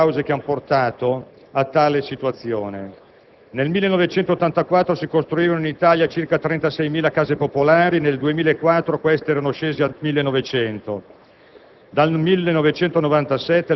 Alcuni dati indicano le cause che hanno portato a tale situazione. Nel 1984 si costruivano in Italia circa 36.000 case popolari, nel 2004 queste erano scese a 1.900.